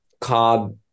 cob